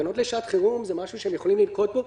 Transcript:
תקנות לשעת חירום זה משהו שהם יכולים לנקוט בו